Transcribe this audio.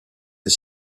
est